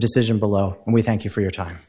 decision below and we thank you for your time